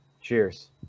Cheers